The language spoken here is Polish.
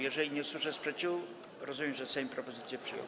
Jeżeli nie usłyszę sprzeciwu, będę rozumiał, że Sejm propozycję przyjął.